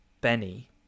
Benny